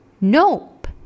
Nope